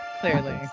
Clearly